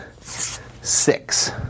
six